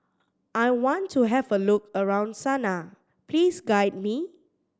I want to have a look around Sanaa please guide me